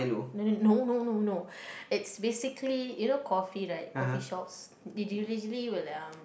no no no no it's basically you know coffee right coffee shops